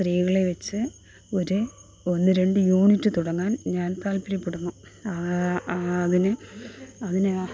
സ്ത്രീകളെ വെച്ച് ഒരു ഒന്ന് രണ്ട് യൂണിറ്റ് തുടങ്ങാൻ ഞാൻ താൽപര്യപ്പെടുന്നു ആ ആ അതിന് അതിന്